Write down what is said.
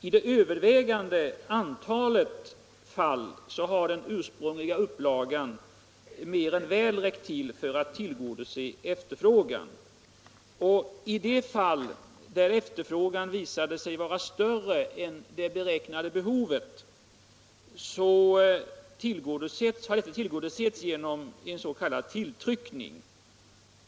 I det övervägande antalet fall har den ursprungliga upplagan mer än väl räckt till för att tillgodose efterfrågan. I de fall där efterfrågan visat sig vara större än det beräknade behovet har det tillgodosetts genom en s.k. tilltryckning.